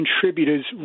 contributors